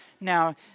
Now